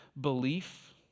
belief